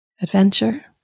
Adventure